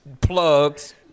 plugs